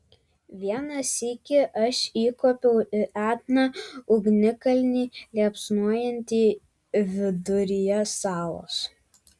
vieną sykį aš įkopiau į etną ugnikalnį liepsnojantį viduryje salos